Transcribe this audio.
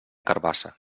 carabassa